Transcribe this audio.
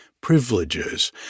privileges